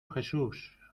jesús